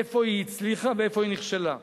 איפה היא הצליחה ואיפה היא נכשלה,